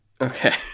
okay